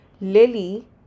Lily